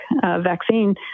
vaccine